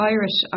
Irish